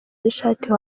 n’ishati